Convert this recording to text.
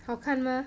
好看吗